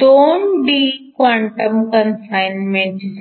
2D quantum confinement झाली